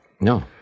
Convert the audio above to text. No